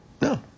no